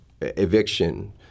eviction